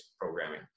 programming